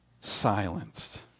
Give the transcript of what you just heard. silenced